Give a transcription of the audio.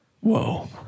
Whoa